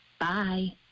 Bye